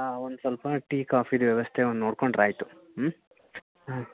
ಆಂ ಒಂದು ಸ್ವಲ್ಪ ಟೀ ಕಾಫೀದು ವ್ಯವಸ್ಥೆ ಒಂದು ನೋಡ್ಕೊಂಡ್ರೆ ಆಯಿತು ಹ್ಞೂ ಹ್ಞೂ